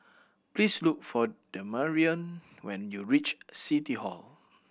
please look for Damarion when you reach City Hall